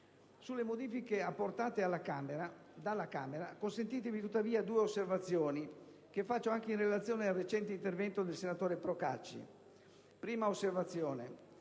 Sulle modifiche apportate dalla Camera consentitemi, tuttavia, due osservazioni che faccio anche in relazione al recente intervento del senatore Procacci. Quanto alla prima osservazione,